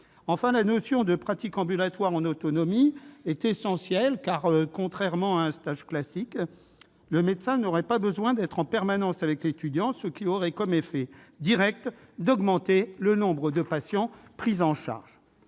enfin, la notion de pratique ambulatoire en autonomie est essentielle, car, contrairement à ce qui est d'usage dans un stage classique, le médecin n'aurait pas besoin d'être en permanence avec l'étudiant. L'effet direct serait d'augmenter le nombre de patients pris en charge.